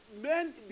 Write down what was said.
men